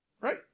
Right